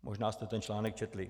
Možná jste ten článek četli.